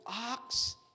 ox